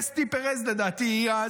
אסתי פרז לדעתי.